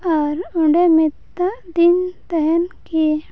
ᱟᱨ ᱚᱸᱰᱮ ᱢᱮᱛᱟᱫᱤᱧ ᱛᱟᱦᱮᱱ ᱠᱤ